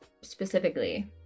specifically